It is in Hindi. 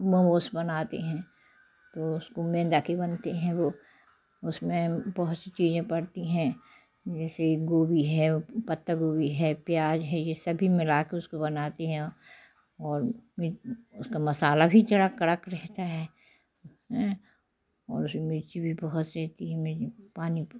मोमोस बनाती हैं तो उसको मैदा के बनते हैं वो उसमें बहुत सी चीज़ें पड़ती हैं जैसे गोभी है पत्तागोभी है प्याज है ये सब भी मिला के उसको बनाती हूँ और उसका मसाला भी जरा कड़क रहता है और उसमें मिर्ची भी बहुत सी रहती है पानी